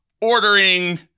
ordering